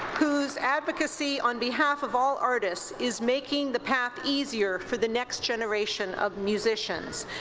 whose advocacy on behalf of all artists is making the path easier for the next generation of musicians.